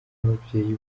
ababyeyi